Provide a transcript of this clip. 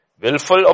willful